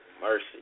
mercy